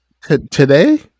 Today